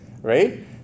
right